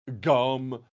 Gum